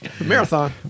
Marathon